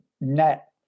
net